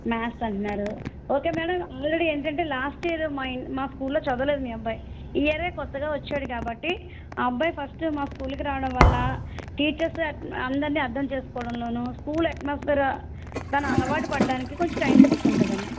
maths అంటున్నారు okay madam already ఏంటంటే last year మా స్కూల్లో చదవలేదు మీ అబ్బాయి ఈ ఇయరే కొత్తగా వచ్చాడు కాబట్టి ఆ అబ్బాయి ఫస్టు మా స్కూలుకి రావడం వల్ల టీచర్స్ అందరిని అర్థం చేస్కోవడంలోనూ స్కూల్ అట్మోస్ఫెయర్ దాన్ని అలవాటు పడ్డానికి కొంచెం టైం తీస్కుంటుందండి